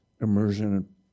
Immersion